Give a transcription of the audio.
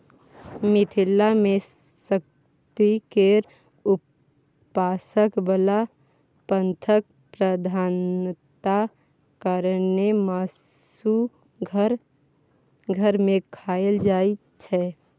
मिथिला मे शक्ति केर उपासक बला पंथक प्रधानता कारणेँ मासु घर घर मे खाएल जाइत छै